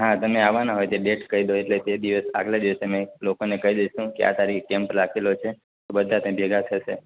હા તમે આવવાના હોય તે ડેટ કહી દો એટલે તે દી આગલા દિવસે અમે લોકોને કહી દઇશું કે આ તારીખે કેમ્પ રાખેલો છે બધા ત્યાં ભેગા થશે